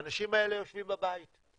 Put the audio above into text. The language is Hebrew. האנשים האלה יושבים בבית.